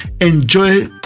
Enjoy